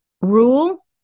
rule